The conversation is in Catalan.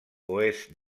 oest